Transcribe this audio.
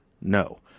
No